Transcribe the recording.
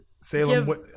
Salem